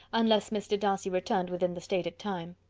unless mr. darcy returned within the stated time.